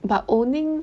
but owning